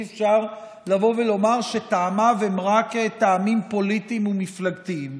אי-אפשר לבוא ולומר שטעמיו הם רק טעמים פוליטיים ומפלגתיים,